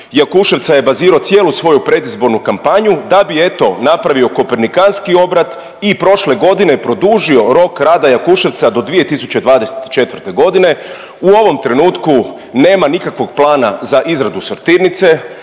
Jakuševca je bazirao cijelu svoju predizbornu kampanju da bi eto napravio Kopernikanski obrat i prošle godine produžio rok rada Jakuševca do 2024. godine. U ovom trenutku nema nikakvog plana za izradu sortirnice,